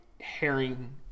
herring